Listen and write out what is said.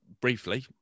briefly